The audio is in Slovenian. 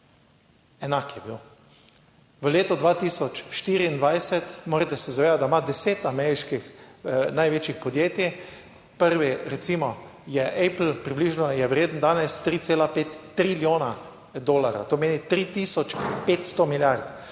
enak je bil. V letu 2024, morate se zavedati, da ima deset ameriških največjih podjetij, prvi recimo je Apple, približno je vreden danes 3,53 triljona dolarjev, to pomeni 3500 milijard.